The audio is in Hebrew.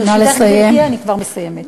ברשותך, גברתי, אני כבר מסיימת.